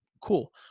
cool